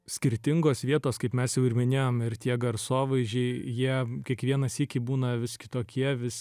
skirtingos vietos kaip mes jau ir minėjom ir tie garsovaizdžiai jie kiekvieną sykį būna vis kitokie vis